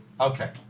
Okay